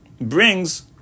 brings